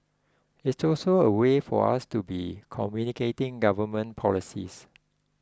it's also a way for us to be communicating government policies